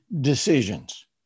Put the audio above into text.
decisions